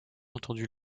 entendu